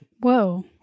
Whoa